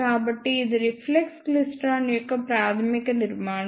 కాబట్టి ఇది reflex klystron యొక్క ప్రాథమిక నిర్మాణం